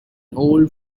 old